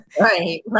Right